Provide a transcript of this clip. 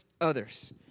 Others